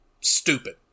stupid